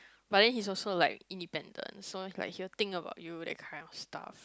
but then he's also like independent so like he will think about you that kind of stuff